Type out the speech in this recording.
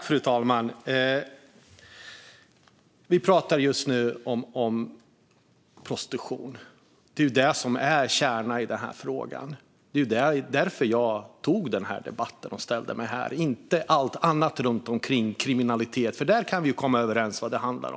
Fru talman! Vi pratar just nu om prostitution. Det är det som är kärnan i denna fråga, och det var därför jag gick upp i debatten. Det handlar inte om all annan kriminalitet, för där kan vi komma överens.